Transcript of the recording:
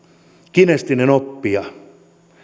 kinesteettinen oppija